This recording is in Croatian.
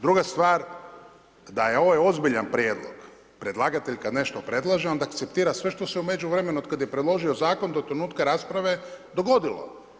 Druga stvar, da je ovo ozbiljan prijedlog, predlagatelj kada nešto predlaže, onda citira sve što se u međuvremenu, od kada je preložio zakon, do trenutka rasprave dogodio.